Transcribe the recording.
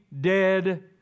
dead